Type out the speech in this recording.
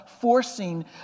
forcing